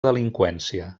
delinqüència